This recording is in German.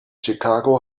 chicago